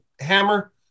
hammer